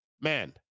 man